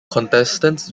contestants